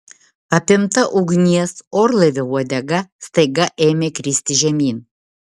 apimta ugnies orlaivio uodega staiga ėmė kristi žemyn